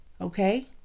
Okay